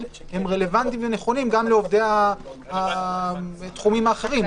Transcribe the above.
הם רלוונטיים ונכונים גם לעובדי התחומים האחרים.